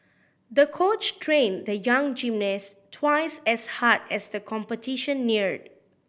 the coach trained the young gymnast twice as hard as the competition neared